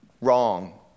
wrong